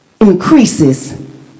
increases